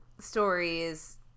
Stories